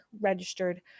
registered